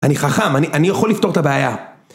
אני חכם, אני אני יכול לפתור את הבעיה.